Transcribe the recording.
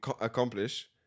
accomplish